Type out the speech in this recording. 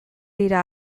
dira